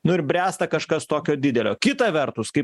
nu ir bręsta kažkas tokio didelio kita vertus kai